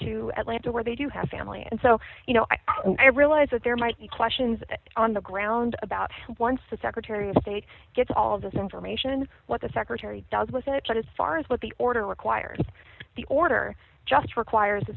to atlanta where they do have family and so you know i i realize that there might be questions on the ground about once the secretary of state gets all of this information what the secretary does with it but as far as what the order requires the order just requires